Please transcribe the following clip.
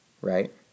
right